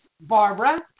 Barbara